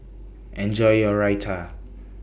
Enjoy your Raita